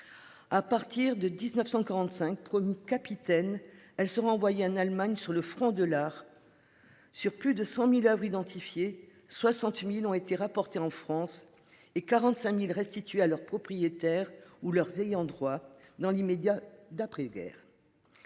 À partir de 19.145, promu Capitaine. Elles seront envoyés en Allemagne sur le front de l'art. Sur plus de 100.000 Oeuvres identifié 60.000 ont été rapportés en France et 45.000 restitués à leurs propriétaires ou leurs ayants droit dans l'immédiat d'après-guerre.